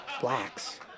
Blacks